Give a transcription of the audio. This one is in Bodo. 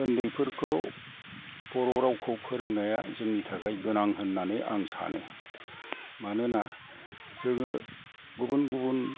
उन्दैफोरखौ बर' रावखौ फोरोंनाया जोंनि थाखाय गोनां होननानै आं सानो मानोना जोङो गुबुन गुबुन